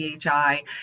PHI